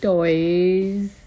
Toys